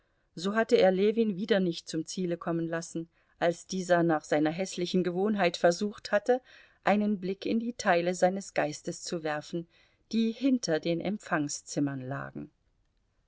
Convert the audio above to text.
so hatte er ljewin wieder nicht zum ziele kommen lassen als dieser nach seiner häßlichen gewohnheit versucht hatte einen blick in die teile seines geistes zu werfen die hinter den empfangszimmern lagen